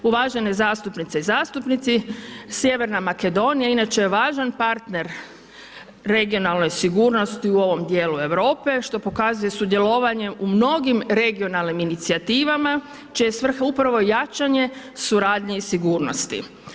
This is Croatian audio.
Uvažene zastupnice i zastupnici, sjeverna Makedonija inače je važan partner regionalnoj sigurnosti u ovom dijelu Europe što pokazuje sudjelovanje u mnogim regionalnim inicijativama, čija je svrha upravo jačanje suradnje i sigurnosti.